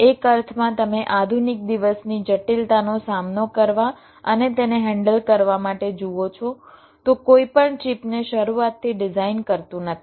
એક અર્થમાં તમે આધુનિક દિવસની જટિલતાનો સામનો કરવા અને તેને હેન્ડલ કરવા માટે જુઓ છો તો કોઈ પણ ચિપને શરૂઆતથી ડિઝાઇન કરતું નથી